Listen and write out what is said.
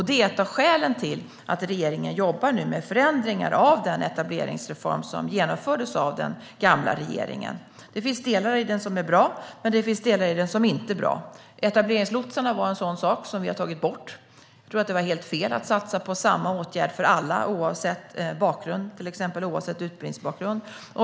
Det är ett av skälen till att regeringen nu jobbar med förändringar av den etableringsreform som genomfördes av den gamla regeringen. Det finns delar i den som är bra, men det finns delar i den som inte är bra. Etableringslotsarna var en sådan sak, som vi har tagit bort. Jag tror att det var helt fel att satsa på samma åtgärd för alla oavsett bakgrund, till exempel utbildningsbakgrund.